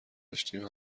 داشتیم